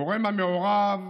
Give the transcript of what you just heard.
גורם המעורב